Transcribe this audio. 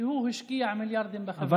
שהוא השקיע מיליארדים בחברה הערבית.